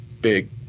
big